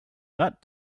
that